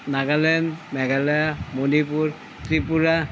Nagaland Meghalaya Manipur Tripura